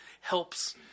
helps